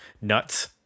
nuts